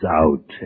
out